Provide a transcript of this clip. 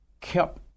kept